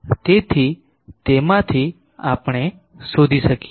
તેથી તેમાંથી આપણે શોધી શકીએ